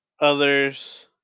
others